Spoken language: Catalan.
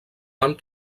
van